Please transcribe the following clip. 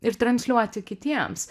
ir transliuoti kitiems